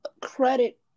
credit